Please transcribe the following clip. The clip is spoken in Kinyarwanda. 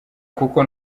kuko